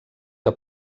que